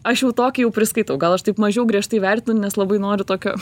aš jau tokį jau priskaitau gal aš taip mažiau griežtai vertinu nes labai noriu tokio